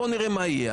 בואו נראה מה יהיה.